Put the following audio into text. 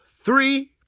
three